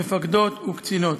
מפקדות וקצינות.